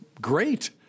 great